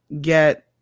get